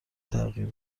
تغییر